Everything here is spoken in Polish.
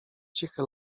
cichy